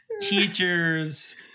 teachers